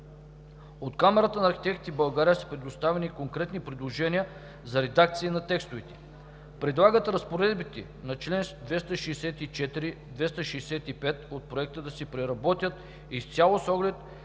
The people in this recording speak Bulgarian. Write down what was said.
От Камарата на архитектите в България са предоставени конкретни предложения за редакция на текстовете. Предлагат разпоредбите на чл. 264 – 265 от Проекта да се преработят изцяло с оглед